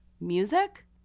music